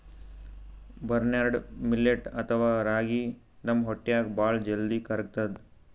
barnyard millet ಅಥವಾ ರಾಗಿ ನಮ್ ಹೊಟ್ಟ್ಯಾಗ್ ಭಾಳ್ ಜಲ್ದಿ ಕರ್ಗತದ್